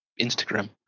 Instagram